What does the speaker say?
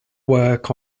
work